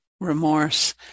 remorse